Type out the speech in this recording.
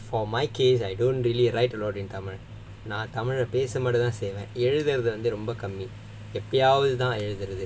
for my case I don't really write a lot in tamil நான் தமிழ பேச மட்டும் தான் செய்வேன் எழுதுறது ரொம்ப கம்மி எப்போதாவது தான் எழுதுவேன்:naan tamila pesa mattum thaan seivaen eluthurathu romba kammi eppothaavathu thaan eluthuvaen